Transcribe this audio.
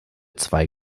zwei